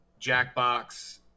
jackbox